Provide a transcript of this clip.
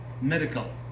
medical